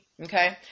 Okay